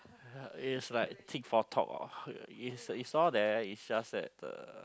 it is like tic for tock or it's it's all there it's just that uh